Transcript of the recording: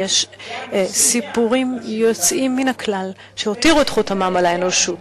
יש סיפורים יוצאים מן הכלל שהותירו את חותמם על האנושות.